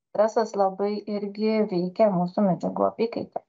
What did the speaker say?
stresas labai irgi veikia mūsų medžiagų apykaitą